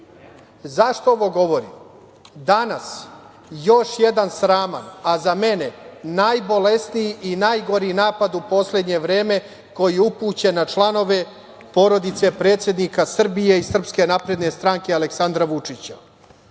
ovo govorim? Danas još jedan sraman, a za mene najbolesniji i najgori napad u poslednje vreme koji je upućen na članove porodice predsednika Srbije i SNS Aleksandra Vučića.